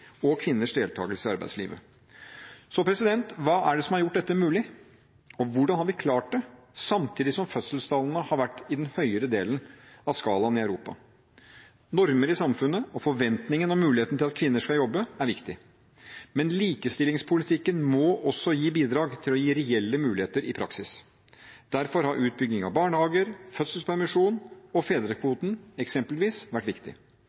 og kvinners deltakelse i arbeidslivet. Så hva er det som har gjort dette mulig? Og hvordan har vi klart det, samtidig som fødselstallene har vært i den høyere delen av skalaen i Europa? Normer i samfunnet og forventningen og muligheten til at kvinner skal jobbe, er viktig. Men likestillingspolitikken må også bidra til å gi reelle muligheter i praksis. Derfor har utbygging av barnehager, fødselspermisjon og fedrekvoten – eksempelvis – vært viktig.